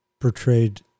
portrayed